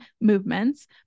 movements